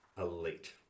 elite